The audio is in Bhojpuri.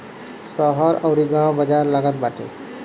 शहर अउरी गांव में बाजार लागत बाटे